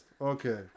Okay